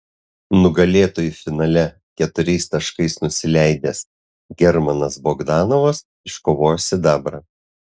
nugalėtojui finale keturiais taškais nusileidęs germanas bogdanovas iškovojo sidabrą